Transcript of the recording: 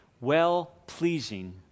well-pleasing